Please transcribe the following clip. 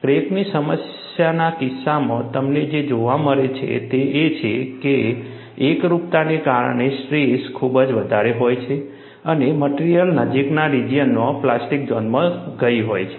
ક્રેકની સમસ્યાના કિસ્સામાં તમને જે જોવા મળે છે તે એ છે કે એકરૂપતાને કારણે સ્ટ્રેસ ખૂબ વધારે હોય છે અને મટેરીઅલ નજીકના રિજિયનમાં પ્લાસ્ટિક ઝોનમાં ગઈ હોય છે